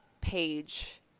page